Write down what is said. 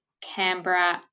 Canberra